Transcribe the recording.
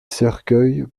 cercueils